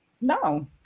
No